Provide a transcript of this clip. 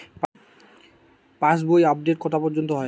পাশ বই আপডেট কটা পর্যন্ত হয়?